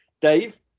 Dave